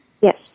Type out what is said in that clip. Yes